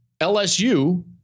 LSU